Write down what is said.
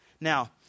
Now